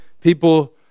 people